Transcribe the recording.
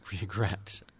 regret